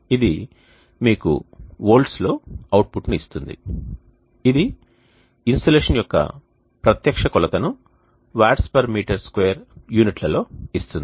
ఇది మీకు వోల్ట్స్ లో అవుట్పుట్ ను ఇస్తుంది ఇది ఇన్సోలేషన్ యొక్క ప్రత్యక్ష కొలత ను వాట్స్మీటర్ స్క్వేర్ యూనిట్ల లో ఇస్తుంది